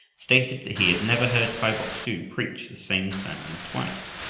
stated that he had never heard kai bok-su preach the same sermon twice.